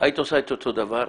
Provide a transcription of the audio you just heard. היית עושה את אותו דבר,